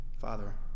Father